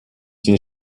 denen